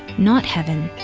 not heaven,